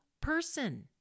person